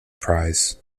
prize